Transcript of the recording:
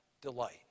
delight